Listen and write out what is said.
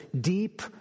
deep